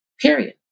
period